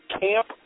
Camp